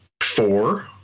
Four